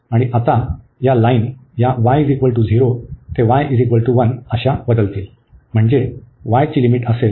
आणि आता या लाईन या y 0 ते y 1 अशा बदलतील म्हणजे y ची लिमिट असेल